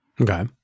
Okay